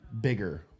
bigger